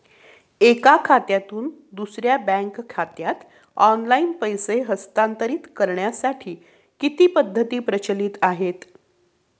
एका खात्यातून दुसऱ्या बँक खात्यात ऑनलाइन पैसे हस्तांतरित करण्यासाठी किती पद्धती प्रचलित आहेत?